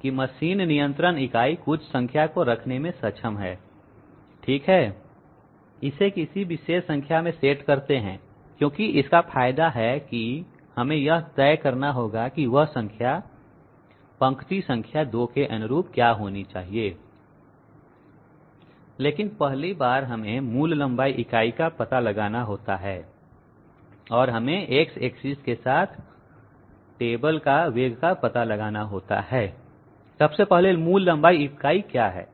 कि मशीन नियंत्रण इकाई कुछ संख्या को रखने में सक्षम है ठीक है इसे किसी विशेष संख्या में सेट करते हैं क्योंकि इसका फायदा है कि हमें यह तय करना होगा कि वह संख्या पंक्ति संख्या 2 के अनुरूप क्या होना चाहिए लेकिन पहली बार हमें मूल लंबाई इकाई का पता लगाना होता है और हमें X एक्सिस के साथ टेबल का वेग का पता लगाना होता है सबसे पहले मूल लंबाई इकाई क्या है